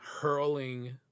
hurling